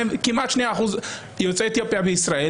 כמעט 2 אחוזים יוצאי אתיופיה באוכלוסייה בישראל